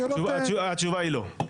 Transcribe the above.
התשובה לזה היא לא.